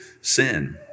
sin